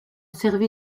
servi